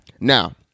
Now